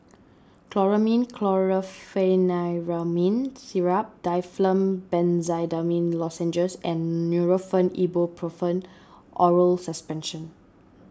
Chlormine Chlorpheniramine Syrup Difflam Benzydamine Lozenges and Nurofen Ibuprofen Oral Suspension